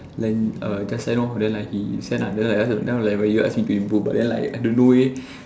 then uh just send lor then like he send lah then like you ask me to improve but then like I don't know leh